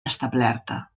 establerta